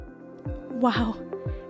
Wow